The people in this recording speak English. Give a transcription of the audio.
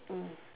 mm